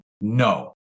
no